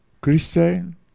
Christian